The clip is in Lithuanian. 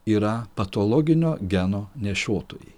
yra patologinio geno nešiotojai